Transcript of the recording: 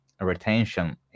retention